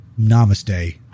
Namaste